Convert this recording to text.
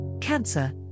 Cancer